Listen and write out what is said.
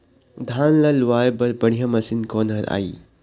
धान ला लुआय बर बढ़िया मशीन कोन हर आइ?